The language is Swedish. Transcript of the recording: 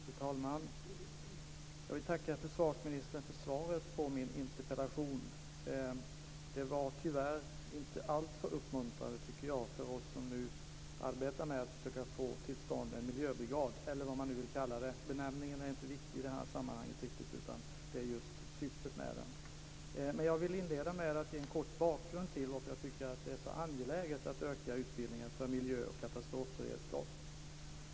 Fru talman! Jag vill tacka försvarsministern för svaret på min interpellation. Det var tyvärr inte alltför uppmuntrande för oss som arbetar för att försöka få till stånd en miljöbrigad eller vad man nu vill kalla det - det viktiga i det här sammanhanget är inte benämningen utan syftet med den. Jag vill inleda med att säga några ord om varför jag tycker att det är så angeläget att öka utbildningen för miljö och katastrofberedskap.